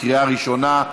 בקריאה ראשונה.